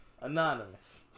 Anonymous